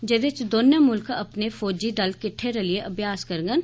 जेह्दे च दौनें मुल्खें दे फौजी दल किट्ठे रलियै अभ्यास करगंन